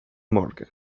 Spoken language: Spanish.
morgan